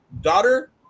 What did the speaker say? daughter